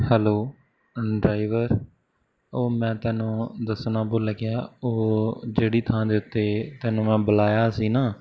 hello driver ਉਹ ਮੈਂ ਤੈਨੂੰ ਦੱਸਣਾ ਭੁੱਲ ਗਿਆ ਉਹ ਜਿਹੜੀ ਥਾਂ ਦੇ ਉੱਤੇ ਤੈਨੂੰ ਮੈਂ ਬੁਲਾਇਆ ਸੀ ਨਾ